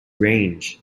range